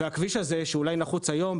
הכביש הזה אולי נחוץ היום,